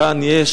כאן יש